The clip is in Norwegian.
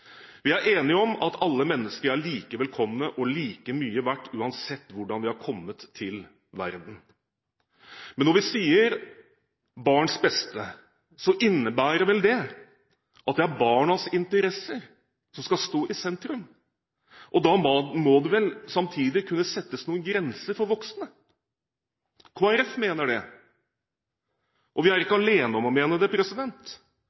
Vi er enige om at alle mennesker er like velkomne og like mye verdt, uansett hvordan de har kommet til verden. Men når vi sier «barnas beste», innebærer vel det at det er barnas interesser som skal stå i sentrum. Da må det vel samtidig kunne settes noen grenser for voksne. Kristelig Folkeparti mener det, og vi er